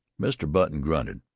mr. button grunted.